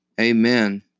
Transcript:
Amen